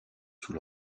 sous